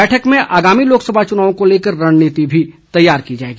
बैठक में आगामी लोकसभा चुनाव को लेकर रणनीति तैयार की जाएगी